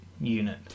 unit